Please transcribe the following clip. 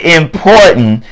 important